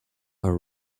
are